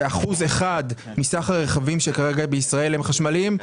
שאחוז אחד מסך הרכבים שכרגע בישראל הם חשמליים,